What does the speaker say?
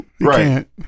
Right